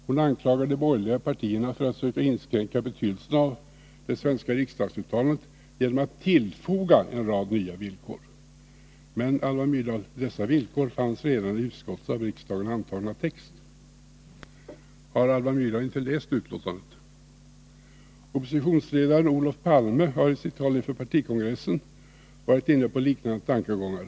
Hon anklagar de borgerliga partierna för att söka inskränka betydelsen av det svenska riksdagsuttalandet genom att tillfoga en rad nya villkor. Men, Alva Myrdal, dessa villkor fanns redan i utskottets av riksdagen antagna text. Har Alva Myrdal inte läst betänkandet? Oppositionsledaren Olof Palme har i sitt uttalande för partikongressen varit inne på liknande tankegångar.